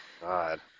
God